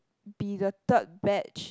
be the third batch